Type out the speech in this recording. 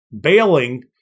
bailing